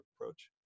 approach